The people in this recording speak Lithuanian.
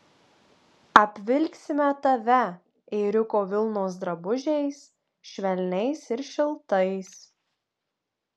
apvilksime tave ėriuko vilnos drabužiais švelniais ir šiltais